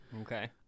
Okay